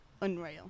unreal